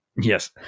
Yes